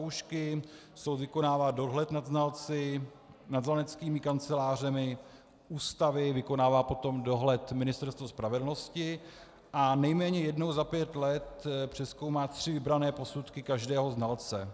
Soud vykonává dohled nad znalci, nad znaleckými kancelářemi, ústavy, vykonává potom dohled Ministerstvo spravedlnosti, a nejméně jednou za pět let přezkoumá tři vybrané posudky každého znalce.